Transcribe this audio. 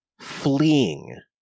fleeing